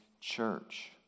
church